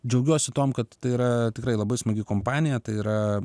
džiaugiuosi tuom kad tai yra tikrai labai smagi kompanija tai yra